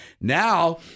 Now